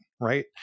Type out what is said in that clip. right